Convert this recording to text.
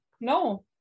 No